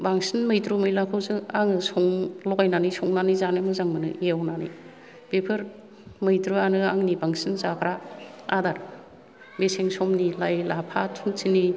बांसिन मैद्रु मैलाखौसो आङो लगायनानै संनानै जानो मोजां मोनो एवनानै बेफोर मैद्रुआनो आंनि बांसिन जाग्रा आदार मेसें समनि लाइ लाफा थुनथिनि